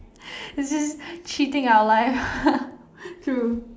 this cheating our lives true